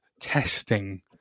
testing